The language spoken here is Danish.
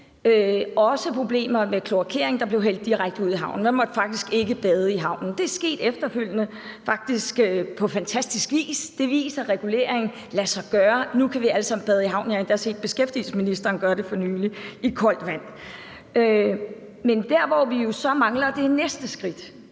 også problemer med spildevand, der blev hældt direkte ud i havnen. Man måtte faktisk ikke bade i havnen. Det er efterfølgende på fantastisk vis blevet muligt. Det viser, at regulering lader sig gøre. Nu kan vi alle sammen bade i havnen – jeg har endda set beskæftigelsesministeren gøre det for nylig i koldt vand. Men så mangler vi at tage det næste skridt.